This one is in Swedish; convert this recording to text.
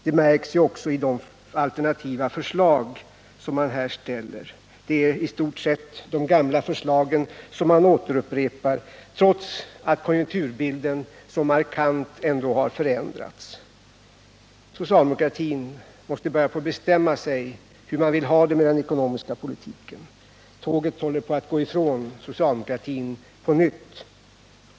Det märks också i de alternativa förslag som man framställer; det är i stort sett de gamla förslagen som återupprepas, trots att konjunkturbilden ändå så markant har förändrats. Socialdemokratin måste börja bestämma sig för hur man vill ha det med den ekonomiska politiken. Tåget håller på att gå ifrån socialdemokratin på nytt.